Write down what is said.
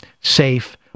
safe